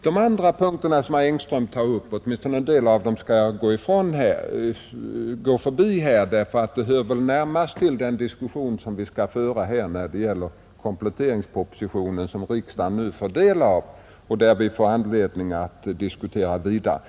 De övriga punkter som herr Engström tog upp skall jag här gå förbi därför att de väl närmast hör till den debatt som vi skall ha om kompletteringspropositionen, som riksdagen nu får del av och som vi väl får anledning att diskutera längre fram.